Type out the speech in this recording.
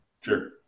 Sure